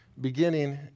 beginning